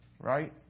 right